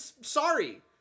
Sorry